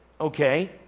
Okay